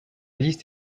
liste